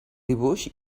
dibuix